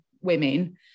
women